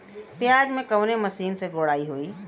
प्याज में कवने मशीन से गुड़ाई होई?